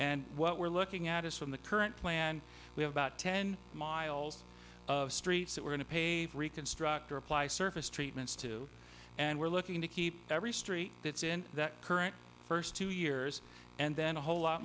and what we're looking at is from the current plan we have about ten miles of streets that we're going to pave reconstruct or apply surface treatments to and we're looking to keep every street that's in the current first two years and then a whole lot